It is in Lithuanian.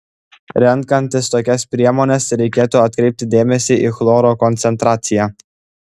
renkantis tokias priemones reikėtų atkreipti dėmesį į chloro koncentraciją